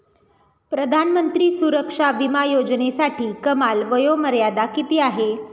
प्रधानमंत्री सुरक्षा विमा योजनेसाठी कमाल वयोमर्यादा किती आहे?